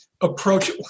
approach